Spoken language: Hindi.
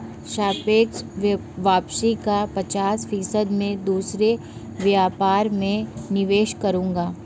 सापेक्ष वापसी का पचास फीसद मैं दूसरे व्यापार में निवेश करूंगा